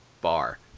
bar